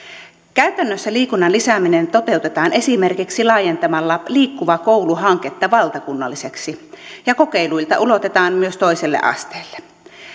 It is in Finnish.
käytännössä liikunnan lisääminen toteutetaan esimerkiksi laajentamalla liikkuva koulu hanke valtakunnalliseksi ja kokeiluita ulotetaan myös toiselle asteelle